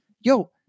Yo